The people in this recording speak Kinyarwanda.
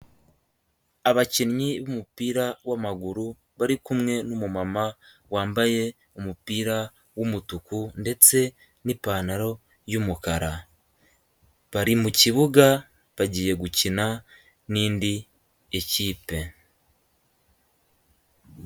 Abakinnyi b'umupira w'amaguru bari kumwe n'umumama wambaye umupira w'umutuku ndetse n'ipantaro y'umukara, bari mu kibuga bagiye gukina n'indi ekipe.